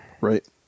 Right